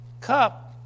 cup